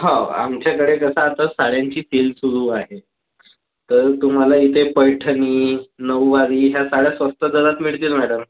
हो आमच्याकडे कसं आता साड्यांची सेल सुरु आहे तर तुम्हाला इथे पैठणी नववारी ह्या साड्या स्वस्त दरात मिळतील मॅडम